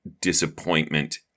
Disappointment